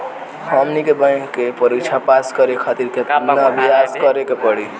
हमनी के बैंक के परीक्षा पास करे खातिर केतना अभ्यास करे के पड़ी?